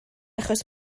achos